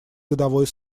годовой